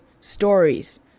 stories